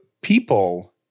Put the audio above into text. people